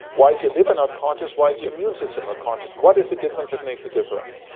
why is your liver not conscious, why is your immune system not conscious, what is the difference that makes a difference?